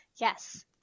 Yes